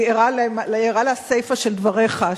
אני ערה לסיפא של דבריך,